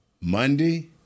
Monday